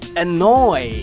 annoy